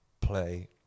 play